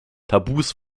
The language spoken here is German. tabus